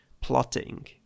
plotting